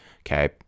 okay